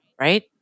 right